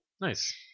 Nice